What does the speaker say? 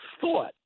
thought –